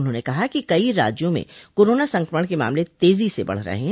उन्होंने कहा कि कई राज्यों में कोरोना संकमण के मामले तेजी से बढ़ रहे हैं